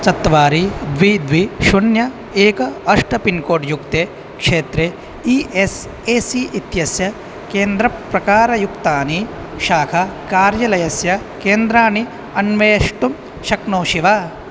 चत्वारि द्वि द्वि शून्यम् एकम् अष्ट पिन्कोड् युक्ते क्षेत्रे ई एस् ए सी इत्यस्य केन्द्रप्रकारयुक्तानि शाखाकार्यालयस्य केन्द्राणि अन्वेष्टुं शक्नोषि वा